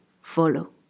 follow